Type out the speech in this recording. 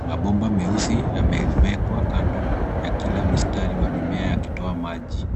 Mabomba meusi yamewekwa kando ya kila mstari wa mimea yakitoa maji.